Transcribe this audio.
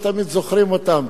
לא תמיד זוכרים אותן,